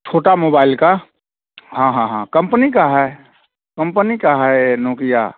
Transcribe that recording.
छोटा मोबाइल का हाँ हाँ हाँ कंपनी का है कंपनी का है ये नोकिया